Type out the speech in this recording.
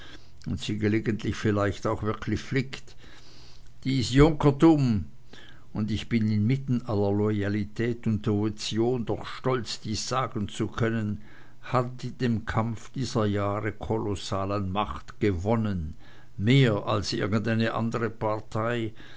und sie gelegentlich vielleicht auch wirklich flickt dies junkertum und ich bin inmitten aller loyalität und devotion doch stolz dies sagen zu können hat in dem kampf dieser jahre kolossal an macht gewonnen mehr als irgendeine andre partei